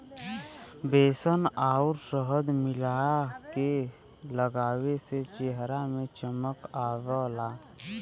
बेसन आउर शहद मिला के लगावे से चेहरा में चमक आवला